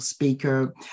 speaker